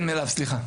כן מירב, סליחה.